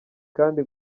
kandi